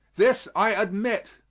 this i admit.